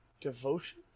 Devotion